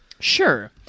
sure